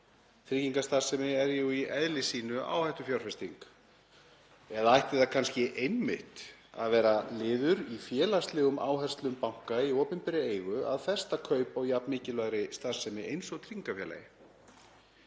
Tryggingastarfsemi er jú í eðli sínu áhættufjárfesting. Eða ætti það kannski einmitt að vera liður í félagslegum áherslum banka í opinberri eigu að festa kaup á jafn mikilvægri starfsemi og tryggingafélagi?